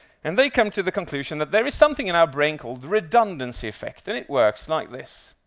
and they come to the conclusion that there is something in our brain called the redundancy effect, and it works like this.